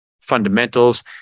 fundamentals